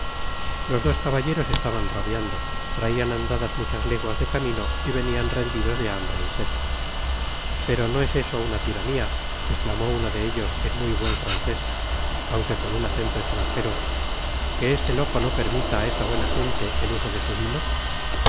los dos caballeros estaban rabiando traian andadas muchas leguas de camino y venían rendidos de hambre y sed pero no es eso una tiranía esclamó uno de ellos en muy bien francés aunque con acento estranjero que este loco no permita á esta buena gente el uso de su vino